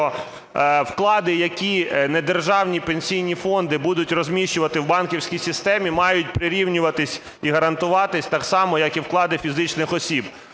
що вклади, які недержавні пенсійні фонди будуть розміщувати в банківській системі, мають прирівнюватись і гарантуватись так само, як і вклади фізичних осіб.